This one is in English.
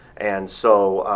and so,